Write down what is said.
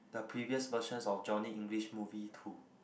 the previous versions of Johnny English movie too